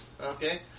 Okay